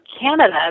Canada